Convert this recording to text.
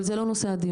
אבל זה לא נושא הדיון.